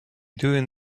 doing